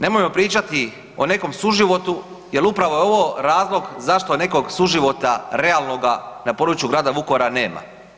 Nemojmo pričati o nekom suživotu jer upravo je ovo razlog zašto nekog suživot realnoga na području grada Vukovara nema.